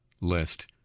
list